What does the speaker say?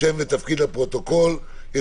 בבקשה.